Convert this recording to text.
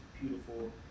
beautiful